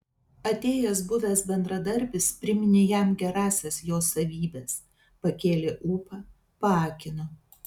atėjęs buvęs bendradarbis priminė jam gerąsias jo savybes pakėlė ūpą paakino